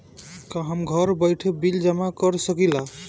का हम घर बइठे बिल जमा कर शकिला?